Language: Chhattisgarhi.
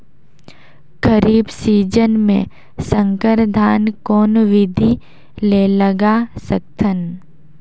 खरीफ सीजन मे संकर धान कोन विधि ले लगा सकथन?